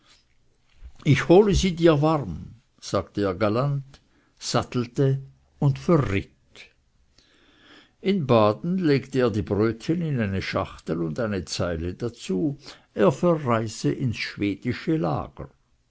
ich hole sie dir warm sagte er galant sattelte und verritt in baden legte er die brötchen in eine schachtel und eine zeile dazu er verreise ins schwedische lager